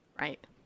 Right